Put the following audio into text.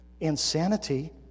Insanity